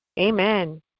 Amen